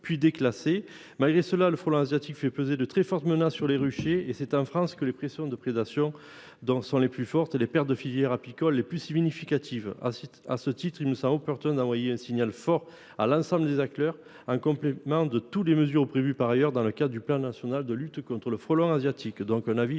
Pourtant, le frelon asiatique fait peser de très fortes menaces sur les ruchers et c’est en France que les pressions de prédation sont les plus fortes et les pertes de la filière apicole les plus importantes. À ce titre, il me semble opportun d’envoyer ce signal fort à l’ensemble des acteurs, en complément de toutes les mesures prévues par ailleurs dans le cadre du plan national de lutte contre le frelon asiatique